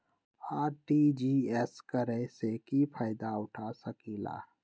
RTGS करे से की फायदा उठा सकीला?